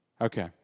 Okay